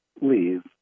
leave